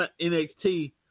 NXT